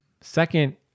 Second